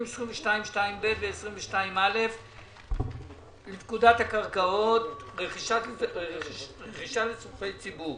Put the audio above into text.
22(2ב) ו-22א לפקודת הקרקעות (רכישה לצרכי ציבור),